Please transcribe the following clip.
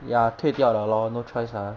ya 退掉了 lor no choice mah